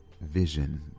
vision